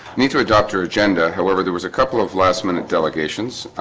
nito a doctor agenda. however, there was a couple of last-minute delegations.